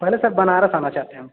पहले सर बनारस आना चाहते हम